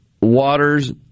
waters